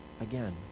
again